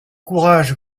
courage